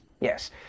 Yes